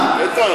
סליחה,